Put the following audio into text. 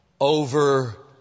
over